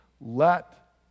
let